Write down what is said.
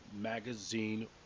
magazine